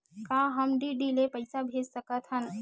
का हम डी.डी ले पईसा भेज सकत हन?